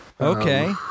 Okay